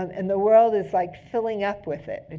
um and the world is like filling up with it.